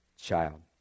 child